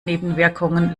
nebenwirkungen